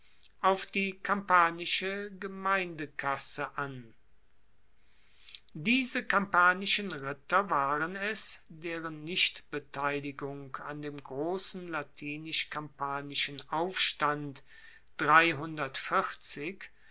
auf die kampanische gemeindekasse an diese kampanischen ritter waren es deren nichtbeteiligung an dem grossen latinisch kampanischen aufstand